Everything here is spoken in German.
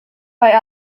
bei